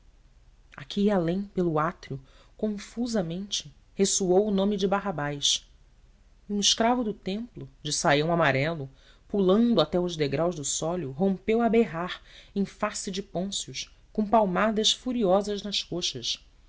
e além pelo átrio confusamente ressoou o nome de barrabás e um escravo do templo de saião amarelo pulando até aos degraus do sólio rompeu a berrar em face de pôncio com palmadas furiosas nas coxas